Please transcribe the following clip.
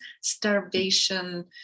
starvation